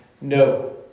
no